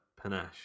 panache